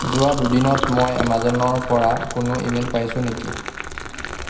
যোৱা দুদিনত মই এমাজনৰ পৰা কোনো ই মেইল পাইছোঁ নেকি